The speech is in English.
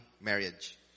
marriage